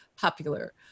popular